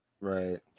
right